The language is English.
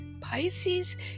Pisces